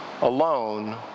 alone